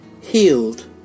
healed